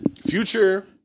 Future